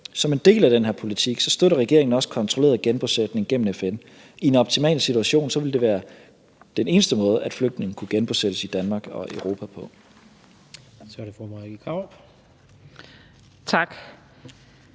Som en del af den her politik støtter regeringen også kontrolleret genbosætning gennem FN. I en optimal situation ville det være den eneste måde, som flygtninge kunne genbosættes i Danmark og Europa på. Kl. 16:53 Tredje næstformand